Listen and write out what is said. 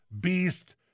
beast